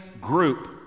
group